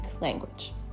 language